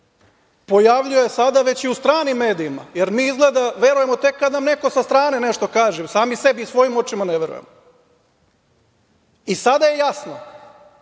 pojavljuje sada već i u stranim medijima, jer mi izgleda verujemo tek kad nam neko sa strane nešto kaže, sami sebi i svojim očima ne verujemo. Sada je jasno